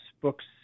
books